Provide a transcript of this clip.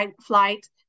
flight